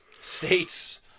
states